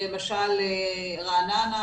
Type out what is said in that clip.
למשל רעננה,